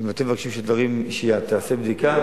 אם אתם מבקשים שתיעשה בדיקה,